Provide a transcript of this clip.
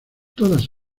todas